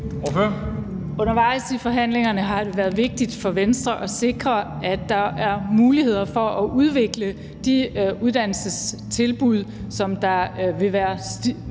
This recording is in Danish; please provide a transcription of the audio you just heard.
Undervejs i forhandlingerne har det været vigtigt for Venstre at sikre, at der er muligheder for at udvikle de uddannelsestilbud, som der vil være